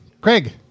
Craig